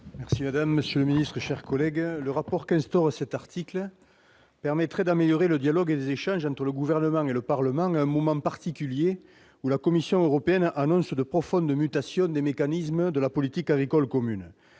M. Franck Montaugé, sur l'article. Le rapport que prévoit cet article permettrait d'améliorer le dialogue et les échanges entre le Gouvernement et le Parlement, à un moment particulier où la Commission européenne annonce de profondes mutations des mécanismes de la politique agricole commune.